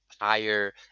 higher